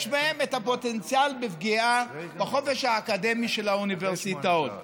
בהם את הפוטנציאל לפגיעה בחופש האקדמי של האוניברסיטאות.